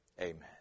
Amen